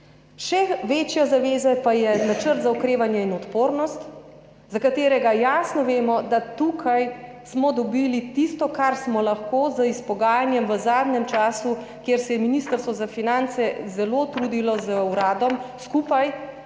Še večja zaveza pa je Načrt za okrevanje in odpornost, za katerega jasno vemo, da smo tukaj dobili tisto, kar smo lahko s pogajanji v zadnjem času, kjer se je Ministrstvo za finance, skupaj z uradom,